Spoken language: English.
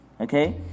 okay